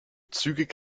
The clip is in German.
zügig